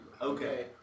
okay